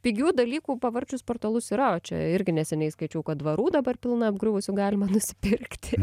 pigių dalykų pavarčius portalus yra čia irgi neseniai skaičiau kad dvarų dabar pilna apgriuvusių galima nusipirkti